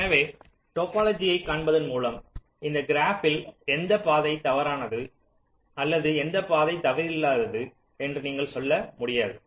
எனவே டோபோலொஜியைப் காண்பதன் மூலம் இந்த கிராப்பில் எந்தப் பாதை தவறானது அல்லது எந்தப் பாதை தவறில்லாது என்று நீங்கள் சொல்ல முடியாது